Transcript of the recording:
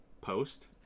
post